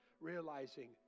realizing